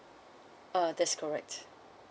uh that's correct